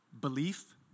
belief